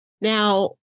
Now